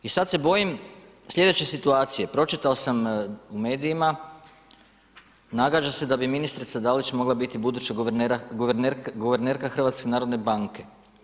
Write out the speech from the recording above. I sada se bojim sljedeće situacije, pročitao sam u medijima, nagađa se da bi ministrica Dalić mogla biti buduća guvernerka HNB.